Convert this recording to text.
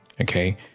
Okay